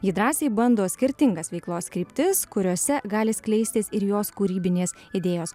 ji drąsiai bando skirtingas veiklos kryptis kuriose gali skleistis ir jos kūrybinės idėjos